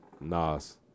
Nas